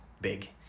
big